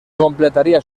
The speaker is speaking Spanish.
completaría